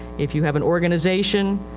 if you have an organization,